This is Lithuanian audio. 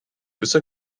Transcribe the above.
visą